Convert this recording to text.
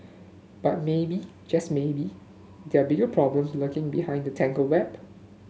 but maybe just maybe there are bigger problem lurking behind the tangled web